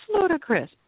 ludicrous